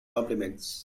compliments